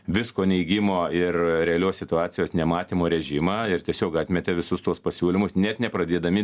visko neigimo ir realios situacijos nematymo režimą ir tiesiog atmetė visus tuos pasiūlymus net nepradėdami